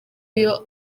iyo